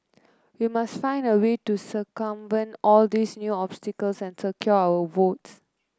we must find a way to circumvent all these new obstacles and secure our votes